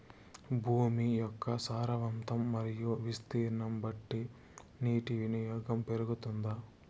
భూమి యొక్క సారవంతం మరియు విస్తీర్ణం బట్టి నీటి వినియోగం పెరుగుతుందా?